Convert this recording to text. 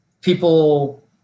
people